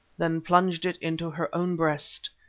then plunged it into her own breast,